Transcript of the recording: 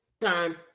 Time